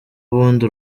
ubundi